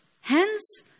Hence